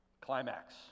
climax